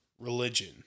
religion